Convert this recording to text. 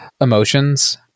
emotions